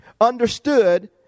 understood